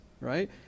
Right